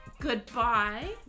Goodbye